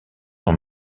son